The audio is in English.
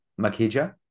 makija